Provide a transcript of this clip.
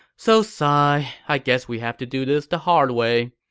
so sigh, i guess we have to do this the hard way.